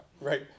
Right